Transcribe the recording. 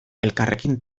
elkarrekin